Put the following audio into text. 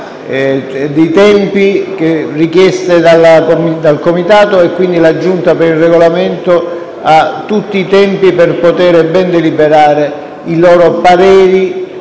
di tempi richieste dal Comitato e quindi la Giunta per il Regolamento ha tutti i tempi per potere ben deliberare i pareri.